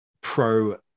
pro